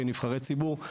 כנבחרי ציבור,